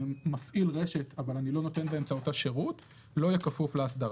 אני מפעיל רשת אבל אני לא נותן באמצעותה שירות לא היה כפוף להסדרה.